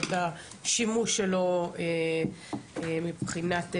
את השימוש שלו מבחינת הפשיעה,